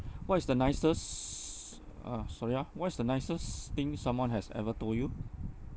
what is the nicest uh sorry ah what is the nicest thing someone has ever told you